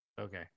okay